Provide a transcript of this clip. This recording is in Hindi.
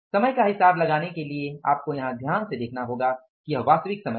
समय का हिसाब लगाने के लिए आपको यहाँ ध्यान में रखना होगा कि यह वास्तविक समय है